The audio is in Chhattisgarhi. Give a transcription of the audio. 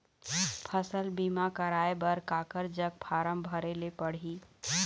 फसल बीमा कराए बर काकर जग फारम भरेले पड़ही?